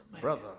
Brother